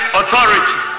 authority